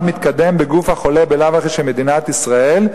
מתקדם בגוף החולה בלאו הכי של מדינת ישראל,